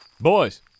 Boys